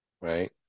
right